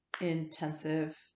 intensive